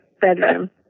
bedroom